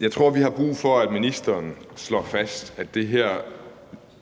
Jeg tror, at vi har brug for, at ministeren slår fast, at det her